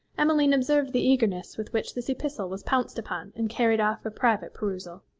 emmeline observed the eagerness with which this epistle was pounced upon and carried off for private perusal.